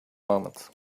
moment